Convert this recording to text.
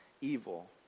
evil